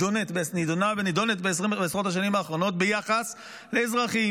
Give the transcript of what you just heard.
נדונה בעשרות השנים האחרונות ביחס לאזרחים